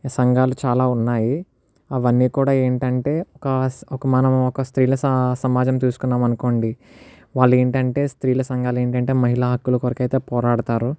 సంఘాలు చాలా ఉన్నాయి అవన్నీ కూడా ఏంటంటే ఒక స్ మనం ఒక స్త్రీల స సమాజం తీసుకున్నామనుకోండి వాళ్ళు ఏంటంటే స్త్రీల సంఘాలు ఏంటేంటే మహిళ హక్కుల కొరకైతే పోరాడుతారు